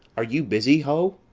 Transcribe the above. are you busy, ho?